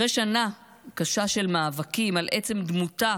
אחרי שנה קשה של מאבקים על עצם דמותה